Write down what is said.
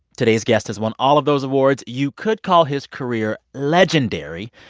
today's guest has won all of those awards. you could call his career legendary.